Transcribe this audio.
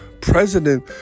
president